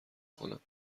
کنم